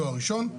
בתואר ראשון,